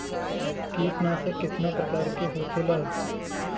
कीटनाशक कितना प्रकार के होखेला?